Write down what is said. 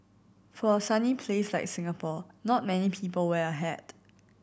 for a sunny place like Singapore not many people wear a hat